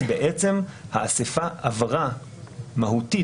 האסיפה עברה מהותית.